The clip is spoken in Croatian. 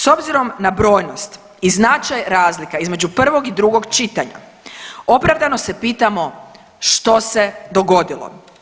S obzirom na brojnost i značaj razlika između prvog i drugog čitanja opravdano se pitamo što se dogodilo.